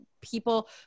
people